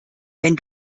wenn